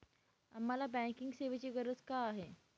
आम्हाला बँकिंग सेवेची गरज का आहे?